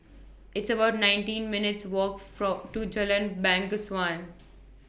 It's about nineteen minutes' Walk Follow to Jalan Bangsawan